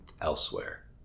elsewhere